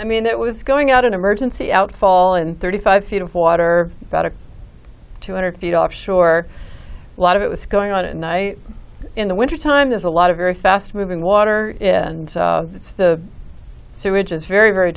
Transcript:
i mean it was going out an emergency out fall in thirty five feet of water two hundred feet off shore a lot of it was going out at night in the wintertime there's a lot of very fast moving water and it's the sewage is very very